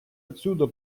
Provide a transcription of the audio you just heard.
отсюда